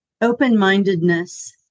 open-mindedness